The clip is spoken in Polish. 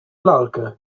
lalkę